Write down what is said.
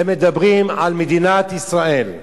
הם מדברים על מדינת ישראל,